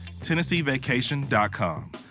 TennesseeVacation.com